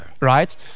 Right